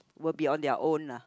will be on their own lah